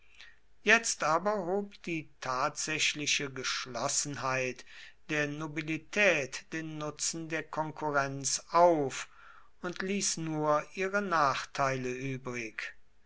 jetzt aber hob die tatsächliche geschlossenheit der nobilität den nutzen der konkurrenz auf und ließ nur ihre nachteile übrig